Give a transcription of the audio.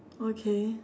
okay